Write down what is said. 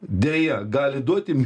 deja gali duoti